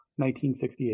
1968